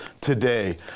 today